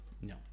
no